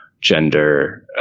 gender